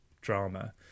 drama